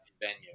venue